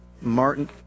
Martin